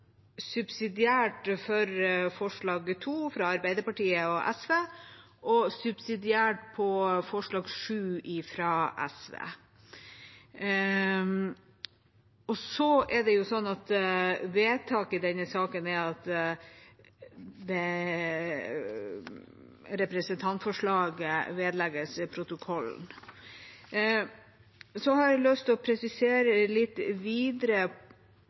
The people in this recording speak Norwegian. subsidiært for forslag nr. 2, fra Arbeiderpartiet og SV, og subsidiært for forslag nr. 7, fra SV. Og det er jo sånn at vedtaket i denne saken er at representantforslaget vedlegges protokollen. Så har jeg lyst til å presisere litt videre